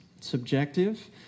subjective